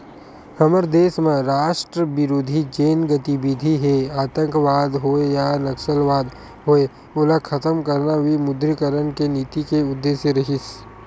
हमर देस म राष्ट्रबिरोधी जेन गतिबिधि हे आंतकवाद होय या नक्सलवाद होय ओला खतम करना विमुद्रीकरन के नीति के उद्देश्य रिहिस